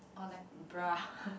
or like bra